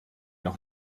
noch